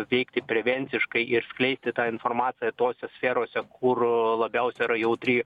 veikti prevenciškai ir skleisti tą informaciją tose sferose kur labiausia yra jautri